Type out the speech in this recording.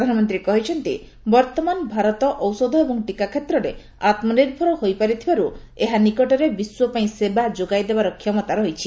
ପ୍ରଧାନମନ୍ତ୍ରୀ କହିଛନ୍ତି ବର୍ତ୍ତମାନ ଭାରତ ଔଷଧ ଏବଂ ଟିକା କ୍ଷେତ୍ରରେ ଆମ୍ନିର୍ଭର ହୋଇପାରିଥିବାରୁ ଏହା ନିକଟରେ ବିଶ୍ୱ ପାଇଁ ସେବା ଯୋଗାଇଦେବାର କ୍ଷମତା ରହିଛି